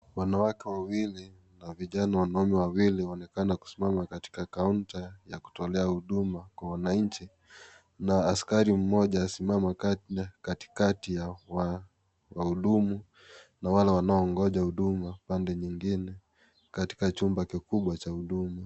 Wanawake wawili na vijana wanaume wawili wanaonekana kusimama katika (cs)counter(cs) ya kutolea huduma kwa wananchi, na askari mmoja anasinama katikati ya wahudumu na wale wanaoongoja huduma pande nyingine katika chumba kikubwa cha huduma.